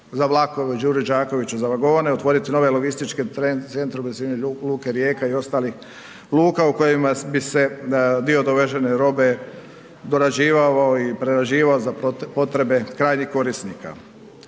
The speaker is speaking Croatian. za vlakove, u Đuri Đakoviću za vagone, otvoriti nove logističke centre u blizini luke Rijeka i ostalih luka u kojima bi se dio dovezene robe dorađivao i prerađivao za potrebe krajnjih korisnika.